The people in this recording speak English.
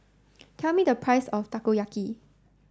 tell me the price of Takoyaki